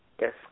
Yes